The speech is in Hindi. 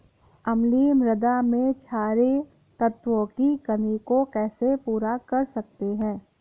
अम्लीय मृदा में क्षारीए तत्वों की कमी को कैसे पूरा कर सकते हैं?